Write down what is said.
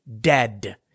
dead